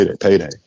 payday